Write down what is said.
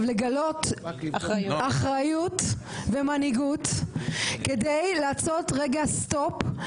לגלות אחריות ומנהיגות כדי לעשות רגע סטופ,